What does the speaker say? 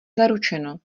zaručeno